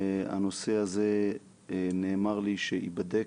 הנושא הזה, נאמר לי שייבדק.